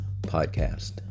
podcast